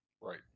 Right